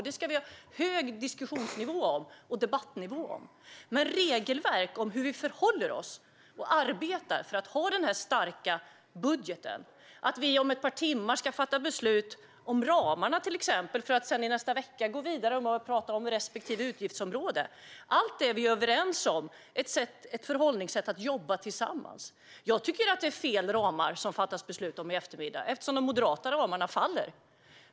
Där ska diskussions och debattnivån vara hög. Men regelverk för hur vi förhåller oss till och arbetar för att hålla den starka budgeten - att vi om ett par timmar ska fatta beslut om ramarna och i nästa vecka börja tala om respektive utgiftsområde - är vi överens om. Det handlar om ett förhållningssätt att jobba tillsammans. Jag tycker att det fattas beslut om fel ramar i eftermiddag eftersom de moderata ramarna faller.